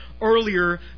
earlier